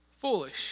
foolish